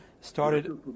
started